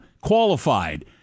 qualified